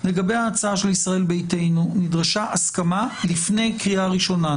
לגבי ההצעה של ישראל ביתנו נדרשה הסכמה לפני הקריאה הראשונה,